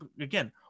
again